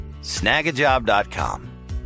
Snagajob.com